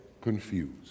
confused